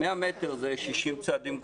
100 מטרים, נגיד שאלה 60 צעדים כפולים.